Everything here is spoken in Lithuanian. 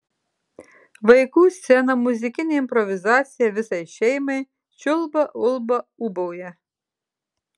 vaikų scena muzikinė improvizacija visai šeimai čiulba ulba ūbauja